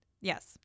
Yes